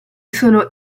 sono